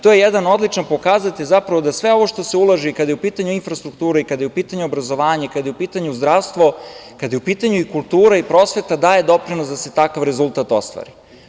To je jedan odličan pokazatelj zapravo da sve ovo što se ulaže, i kada je u pitanju infrastruktura, kada je u pitanju obrazovanje, kada je u pitanju zdravstvo, kada je su u pitanju i kultura i prosveta, daje doprinos da se takav rezultat ostvari.